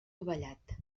dovellat